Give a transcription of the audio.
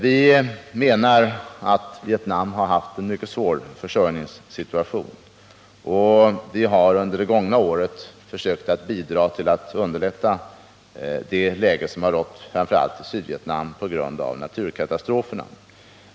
Vi menar att Vietnam har haft en mycket svår försörjningssituation, och vi har under det gångna året försökt bidra till att underlätta det läge som rått framför allt i Sydvietnam på grund av naturkatastroferna.